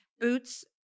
boots